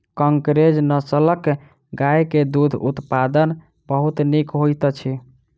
कंकरेज नस्लक गाय के दूध उत्पादन बहुत नीक होइत अछि